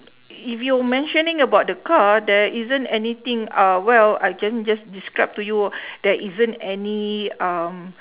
if you're mentioning about the car there isn't anything uh well I j~ just describe to you there isn't any um